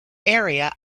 area